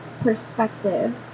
perspective